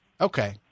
Okay